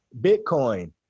bitcoin